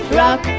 rock